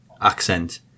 accent